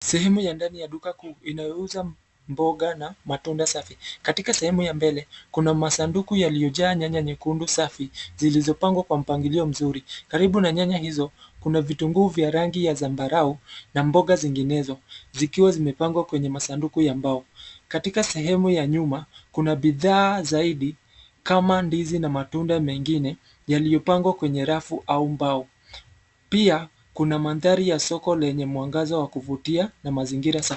Sehemu ya ndani ya duka kuu inayouza mboga na matunda safi. Katika sehemu ya mbele kuna masanduku yaliyojaa nyanya nyekundu safi zilizopangwa kwa mpangilio mzuri. Karibu na nyanya hizo kuna vitunguu vya rangi ya zambarau na mboga zinginezo, zikiwa zimepangwa kwenye masanduku ya mbao. Katika sehemu ya nyuma, kuna bidhaa zaidi kama ndizi na matunda mengine yaliyopangwa kwenye rafu au mbao. Pia kuna mandhari ya soko lenye mwangaza wa kuvutia na mazingira safi.